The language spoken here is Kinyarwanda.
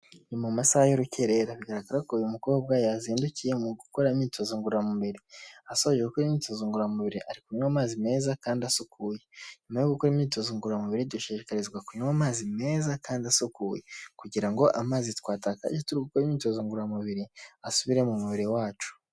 Mu masaha y'urukerera bigaragara ko uyu mukobwa yazindukiye mu gukora imyitozo ngororamubiri, asoje gukora imyitozo ngoramubiri ari kunywa amazi meza kandi asukuye. Ny uma yo gukora imyitozo ngororamubiri dushishikarizwa kunywa amazi meza kandi asukuye kugira ngo amazi twatakaje turi gukora imyitozo ngoramubiri asubire mu mubiri wacu.